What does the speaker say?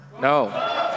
No